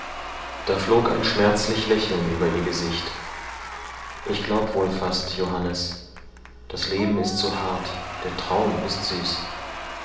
da flog ein schmerzlich lächeln über ihr gesicht ich glaub wohl fast johannes das leben ist so hart der traum ist süß